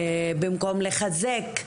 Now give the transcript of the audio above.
במקום לחזק?